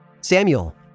Samuel